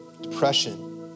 depression